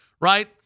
right